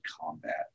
combat